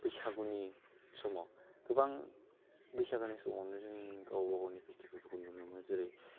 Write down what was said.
बैसागोनि समाव गोबां बैसागुनि समावनो जों गावबा गावनि फेस्टिभेलखौ नुनो मोनो जेरै